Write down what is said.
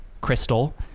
crystal